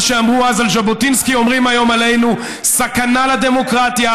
מה שאמרו אז על ז'בוטינסקי אומרים היום עלינו: סכנה לדמוקרטיה,